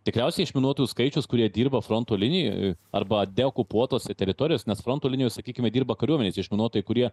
tikriausiai išminuotų skaičius kurie dirba fronto linijoje arba deokupuotose teritorijos nes fronto linijoj sakykime dirba kariuomenės išminuotojai kurie